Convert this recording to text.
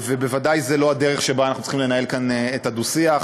ובוודאי זו לא הדרך שבה אנחנו צריכים לנהל כאן את הדו-שיח.